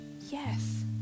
yes